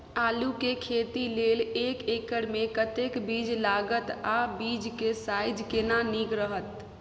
आलू के खेती लेल एक एकर मे कतेक बीज लागत आ बीज के साइज केना नीक रहत?